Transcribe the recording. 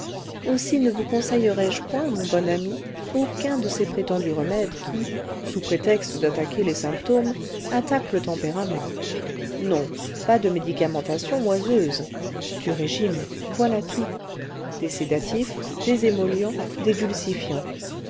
aussi ne vous conseillerai je point mon bon ami aucun de ces prétendus remèdes qui sous prétexte d'attaquer les symptômes attaquent le tempérament non pas de médicamentation oiseuse du régime voilà tout des sédatifs des émollients des